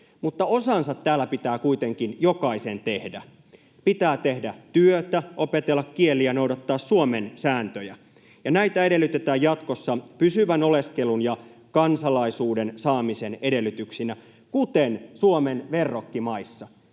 osansa täällä pitää kuitenkin jokaisen tehdä. Pitää tehdä työtä, opetella kieli ja noudattaa Suomen sääntöjä, ja näitä edellytetään jatkossa pysyvän oleskelun ja kansalaisuuden saamisen edellytyksinä kuten Suomen verrokkimaissa.